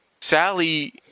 Sally